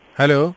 Hello